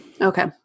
Okay